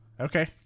Okay